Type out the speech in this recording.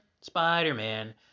Spider-Man